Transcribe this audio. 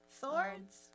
Swords